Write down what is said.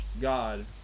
God